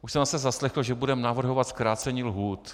Už jsem zase zaslechl, že budeme navrhovat zkrácení lhůt.